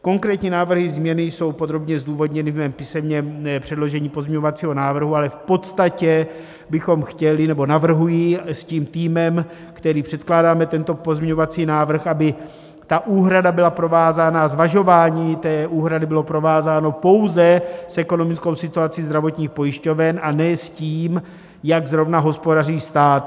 Konkrétní návrhy, změny, jsou podrobně zdůvodněny v mém písemném předložení pozměňovacího návrhu, ale v podstatě bychom chtěli nebo navrhuji s týmem, s kterým předkládáme tento pozměňovací návrh aby ta úhrada byla provázána a zvažování té úhrady bylo provázáno pouze s ekonomickou situací zdravotních pojišťoven, a ne s tím, jak zrovna hospodaří stát.